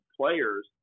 players